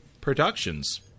Productions